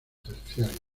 terciario